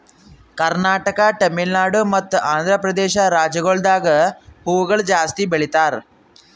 ಕರ್ನಾಟಕ, ತಮಿಳುನಾಡು ಮತ್ತ ಆಂಧ್ರಪ್ರದೇಶ ರಾಜ್ಯಗೊಳ್ದಾಗ್ ಹೂವುಗೊಳ್ ಜಾಸ್ತಿ ಬೆಳೀತಾರ್